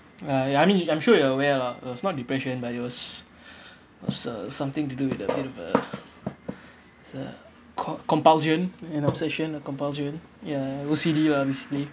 ah ya I mean I'm sure you're aware lah uh it's not depression but it was was uh something to do with a bit of uh it's a co~ compulsion and obsession the compulsion ya O_C_D lah basically